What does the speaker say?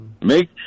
make